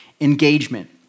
engagement